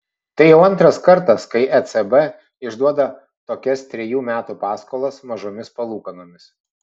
tai jau antras kartas kai ecb išduoda tokias trejų metų paskolas mažomis palūkanomis